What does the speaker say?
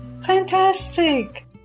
Fantastic